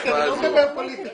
אמרתי שאני לא אדבר על הפוליטיקה.